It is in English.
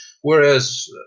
whereas